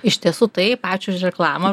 iš tiesų taip ačiū už reklamą